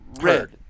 Red